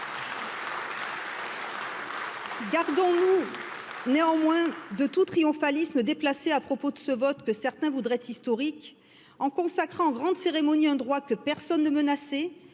Gardons nous néanmoins de tout triomphalisme déplacé à propos de ce vote que certains voudraient historique en consacrant en grandes cérémonies un droit que personne ne menaçait